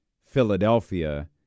Philadelphia